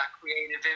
creative